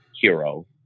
hero